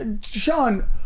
Sean